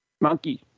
Monkey